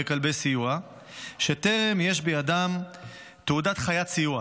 בכלבי סיוע שטרם יש בידם תעודת חיית סיוע